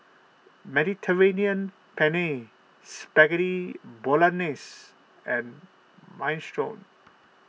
Mediterranean Penne Spaghetti Bolognese and Minestrone